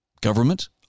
government